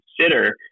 consider